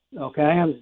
okay